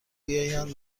بیایند